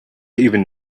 even